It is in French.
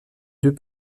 deux